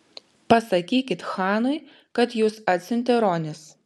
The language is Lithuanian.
pasakykit chanui kad jus atsiuntė ronis